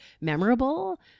memorable